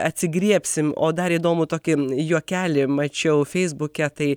atsigriebsim o dar įdomų tokį juokelį mačiau feisbuke tai